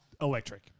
electric